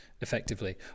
effectively